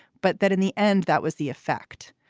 but that in the end, that was the effect.